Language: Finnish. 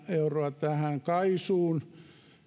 euroa tähän kaisuun